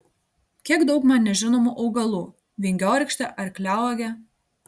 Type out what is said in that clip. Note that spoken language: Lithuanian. kiek daug man nežinomų augalų vingiorykštė arkliauogė